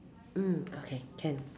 mm okay can